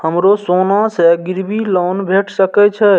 हमरो सोना से गिरबी लोन भेट सके छे?